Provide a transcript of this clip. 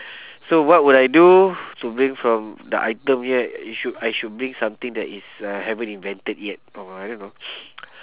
so what would I do to bring from the item here it should I should bring something that is uh haven't invented yet or you know